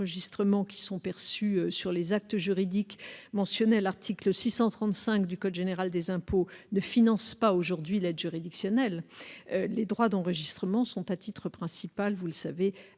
perçus sur les actes juridiques mentionnés à l'article 635 du code général des impôts ne financent pas, aujourd'hui, l'aide juridictionnelle. Les droits d'enregistrement sont à titre principal affectés